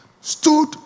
Stood